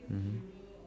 mmhmm